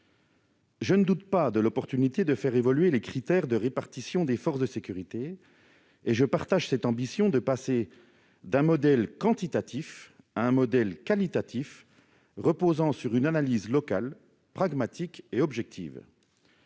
Je ne doute pas de l'opportunité de faire évoluer les critères de répartition des forces de sécurité et je partage l'ambition de passer d'un « modèle quantitatif » à un « modèle qualitatif reposant sur une analyse locale, pragmatique et objective